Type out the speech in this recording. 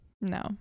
No